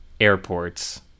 airports